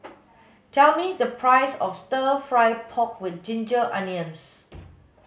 tell me the price of stir fry pork with ginger onions